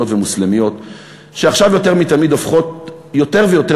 ומוסלמיות שעכשיו יותר מתמיד הופכות יותר ויותר